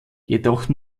jedoch